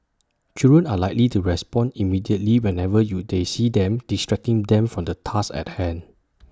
children are likely to respond immediately whenever you they see them distracting them from the task at hand